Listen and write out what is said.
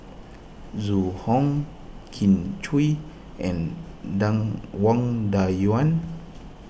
Zhu Hong Kin Chui and Wang Dayuan